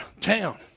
town